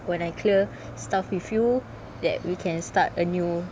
when I clear stuff with you that we can start a new